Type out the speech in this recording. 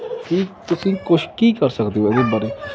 ਕੀ ਤੁਸੀਂ ਕੁਛ ਕੀ ਕਰ ਸਕਦੇ ਹੋ ਇਹਦੇ ਬਾਰੇ